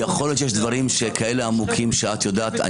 יכול להיות שיש דברים כאלה עמוקים שאת יודעת.